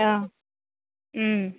অঁ